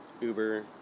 Uber